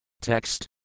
Text